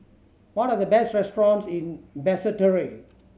what are the best restaurants in Basseterre